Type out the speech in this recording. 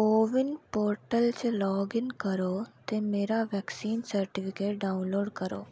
को win portal च log in करो ते मेरा वैक्सीन सर्टिफिकेट डाउनलोड करो